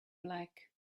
black